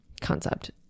concept